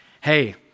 hey